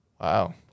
Wow